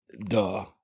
duh